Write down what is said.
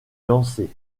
lancer